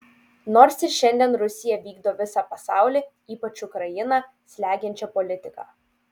nors ir šiandien rusija vykdo visą pasaulį ypač ukrainą slegiančią politiką